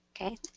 Okay